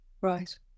Right